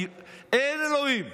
אין אלוהים.